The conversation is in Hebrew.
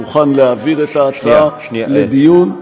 מוכן להעביר את ההצעה לדיון,